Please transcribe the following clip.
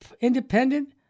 independent